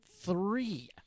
three